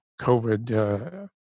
COVID